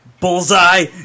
Bullseye